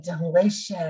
delicious